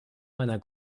meiner